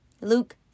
Luke